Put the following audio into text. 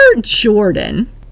Jordan